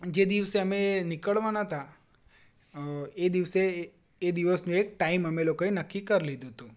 જે દિવસે અમે નીકળવાના હતા એ દિવસે એ દિવસનો એક ટાઈમ અમે લોકોએ નક્કી કરી લીધો તો